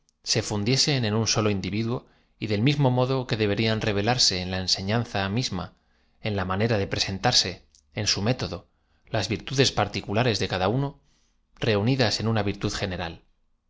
se fundiesen en un solo individuo y del mis mo modo que deberían revelarse en la enseñanza mis ma en la maicera de presentarse eo su método las virtudes particulares de cada uno reunidas en ana virtu d general